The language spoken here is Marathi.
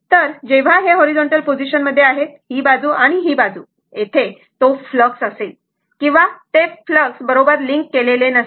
तर जेव्हा ते हॉरिझॉन्टल पोझिशनमध्ये आहेत ही बाजू आणि ही बाजू येथे लो फलक्स असेल किंवा ते प्लस बरोबर लिंक केलेले नसेल